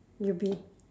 you be